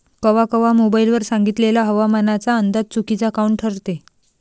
कवा कवा मोबाईल वर सांगितलेला हवामानाचा अंदाज चुकीचा काऊन ठरते?